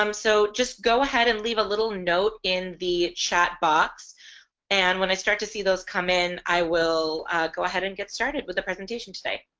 um so just go ahead and leave a little note in the chat box and when i start to see those come in i will go ahead and get started with the presentation today.